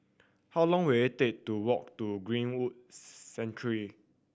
how long will it take to walk to Greenwood Sanctuary